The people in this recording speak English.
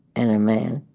and i man.